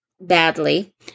badly